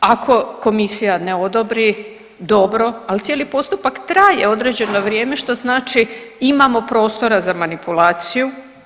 Ako komisija ne odobri dobro, ali cijeli postupak traje određeno vrijeme što znači imamo prostora za manipulaciju.